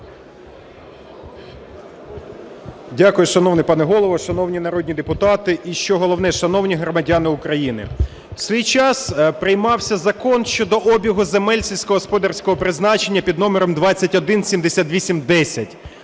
Дякую, шановний пане голово! Шановні народні депутати! І, що головне, шановні громадяни України! В свій час приймався закон щодо обігу земель сільськогосподарського призначення, під номером 2178-10.